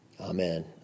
Amen